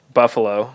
buffalo